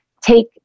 Take